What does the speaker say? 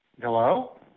Hello